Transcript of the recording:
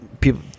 people